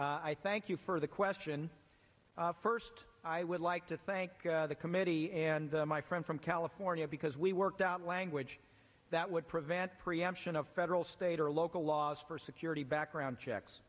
i thank you for the question first i would like to thank the committee and my friend from california because we worked out language that would prevent preemption of federal state or local laws for security background checks